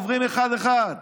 עוברים אחד-אחד.